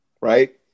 Right